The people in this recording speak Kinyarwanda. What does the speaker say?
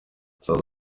south